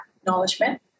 acknowledgement